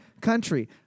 country